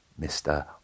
Mr